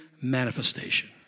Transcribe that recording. manifestation